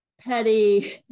petty